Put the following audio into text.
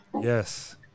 Yes